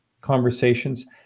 conversations